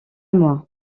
mois